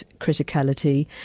criticality